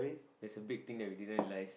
there's a big thing that we didn't realise